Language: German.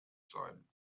sein